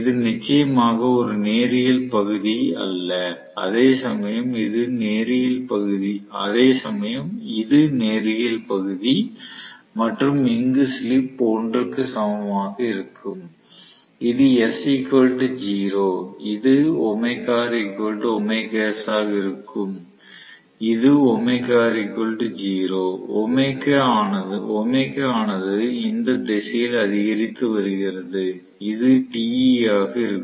இது நிச்சயமாக ஒரு நேரியல் பகுதி அல்ல அதேசமயம் இது நேரியல் பகுதி மற்றும் இங்கு ஸ்லிப் 1 க்கு சமமாக இருக்கும் இது இது ஆக இருக்கும் இது ஆனது இந்த திசையில் அதிகரித்து வருகிறது இது Te ஆக இருக்கும்